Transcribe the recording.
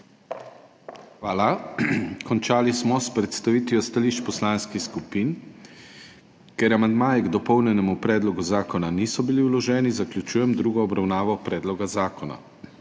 Hvala. Končali smo s predstavitvijo stališč poslanskih skupin. Ker amandmaji k dopolnjenemu predlogu zakona niso bili vloženi, zaključujem drugo obravnavo predloga zakona.